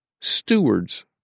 Stewards